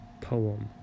Poem